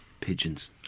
pigeons